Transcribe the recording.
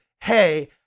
hey